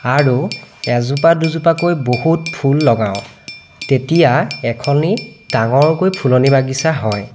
আৰু এজোপা দুজোপা কৈ বহুত ফুল লগাওঁ তেতিয়া এখনি ডাঙৰকৈ ফুলনি বাগিচা হয়